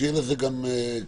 שיהיה לזה גם כתובת,